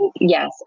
yes